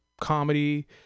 comedy